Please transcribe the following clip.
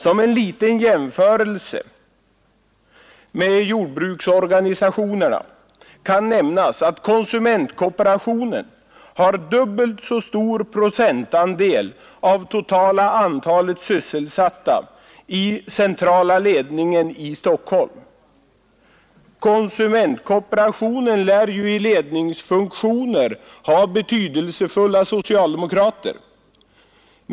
Som en liten jämförelse med jordbruksorganisationerna kan nämnas att konsumentkooperationen har dubbelt så stor procentandel av totala antalet sysselsatta placerade i centrala ledningen i Stockholm. Konsumentkooperationen lär ju i ledningsfunktioner ha betydelsefulla socialdemokrater.